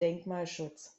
denkmalschutz